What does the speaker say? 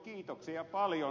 kiitoksia paljon